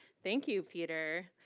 thank you, peter.